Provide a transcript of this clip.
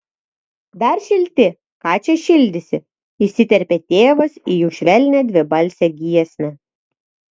dar šilti ką čia šildysi įsiterpė tėvas į jų švelnią dvibalsę giesmę